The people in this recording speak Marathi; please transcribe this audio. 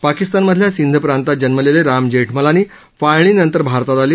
पाकिस्तान मधल्या सिंध प्रांतात जन्मलेले राम जेठमलानी फाळणीनंतर भारतात आले